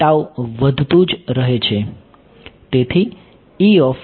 તેથી ઘટતું રહે છે